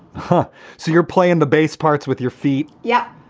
huh? so you're playing the bass parts with your feet. yeah.